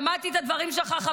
שמעתי את הדברים שלך קודם,